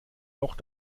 noch